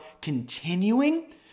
continuing